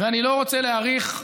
אני לא רוצה להאריך,